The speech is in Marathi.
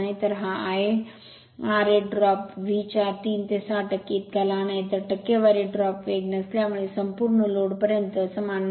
तर हा Ia ra ड्रॉप V च्या 3 ते 6 टक्के इतका लहान आहे तर टक्केवारी ड्रॉप वेग नसल्यामुळे संपूर्ण लोड पर्यंत समान नसते